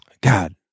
God